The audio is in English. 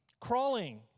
crawling